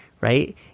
right